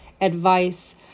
advice